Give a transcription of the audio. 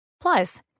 Plus